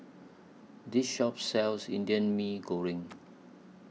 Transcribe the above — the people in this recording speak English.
This Shop sells Indian Mee Goreng